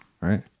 right